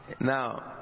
Now